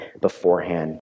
beforehand